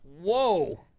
Whoa